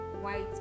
white